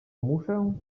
muszę